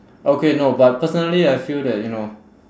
okay no but personally I feel that you know